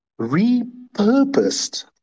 repurposed